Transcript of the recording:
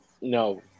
No